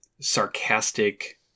sarcastic